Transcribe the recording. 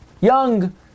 young